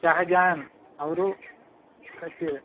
ಶಹಜಹಾನ್ ಅವರು ಕಟ್ಟಿಸಿರೋತದ್